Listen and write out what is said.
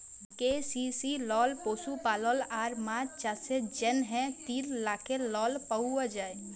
KCC লল পশুপালল আর মাছ চাষের জ্যনহে তিল লাখের লল পাউয়া যায়